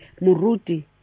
Muruti